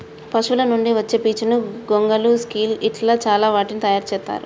పశువుల నుండి వచ్చే పీచును గొంగళ్ళు సిల్క్ ఇట్లా చాల వాటిని తయారు చెత్తారు